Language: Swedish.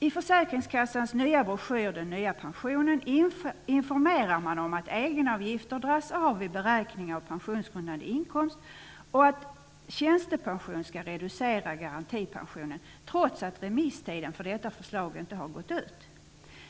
I Försäkringskassans nya broschyr "Den nya pensionen" informerar man om att egenavgifterna dras av vid beräkning av pensionsgrundande inkomst och att tjänstepension skall reducera garantipensionen, trots att remisstiden för detta förslag inte har gått ut.